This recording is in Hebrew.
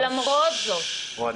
ולמרות זאת --- או אני?